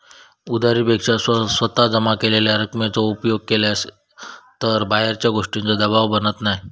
उधारी पेक्षा स्वतः जमा केलेल्या रकमेचो उपयोग केलास तर बाहेरच्या गोष्टींचों दबाव बनत नाय